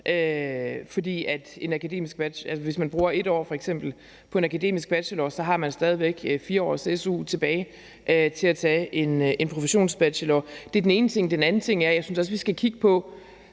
Altså hvis man f.eks. bruger et år på en akademisk bachelor, har man stadig væk 4 års su tilbage til at tage en professionsbachelor. Det er den ene ting. Den anden ting er: Jeg synes også, vi skal kigge på